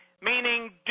meaning